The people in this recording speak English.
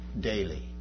daily